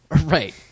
Right